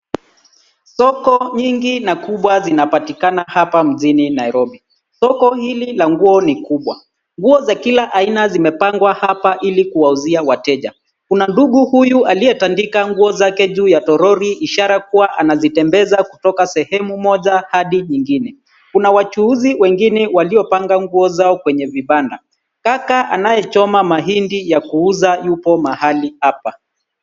Soko nyingi na kubwa zinapatikana apa mjini Nairobi. Soko ili la nguo ni kubwa. Nguo za kila aina zimepangwa apa ili kuwauzia wateja. Kuna ndugu huyu aliyetandika nguo zake juu ya toroli ishara kuwa anazitembeza kutoka sehemu moja hadi nyingine. Kuna wachuuzi wengine waliopanga nguo zao kwenye vibanda. Kaka anayechoma mahindi ya kuuza yupo mahali hapa.